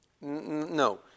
No